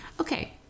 okay